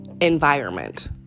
environment